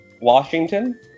Washington